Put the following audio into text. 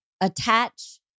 attach